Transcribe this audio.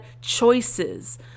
choices